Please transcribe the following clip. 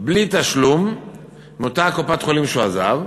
בלי תשלום מקופת-החולים שהוא עזב.